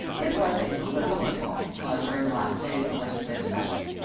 it was a political football during the last days of the legislative session.